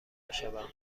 بشوم